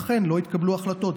לכן לא התקבלו החלטות.